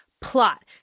plot